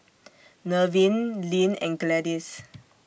Nevin Lynne and Gladis